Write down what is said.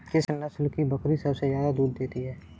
किस नस्ल की बकरी सबसे ज्यादा दूध देती है?